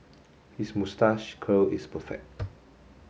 his moustache curl is perfect